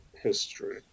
history